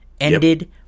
ended